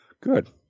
Good